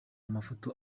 amafoto